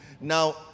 Now